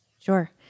Sure